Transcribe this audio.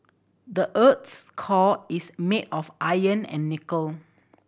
the earth's core is made of iron and nickel